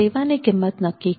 સેવાની કિંમત નક્કી કરવી